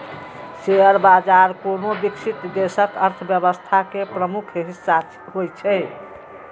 share बाजार कोनो विकसित देशक अर्थव्यवस्था के प्रमुख हिस्सा होइ छै